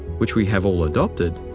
which we have all adopted,